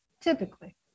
typically